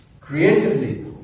creatively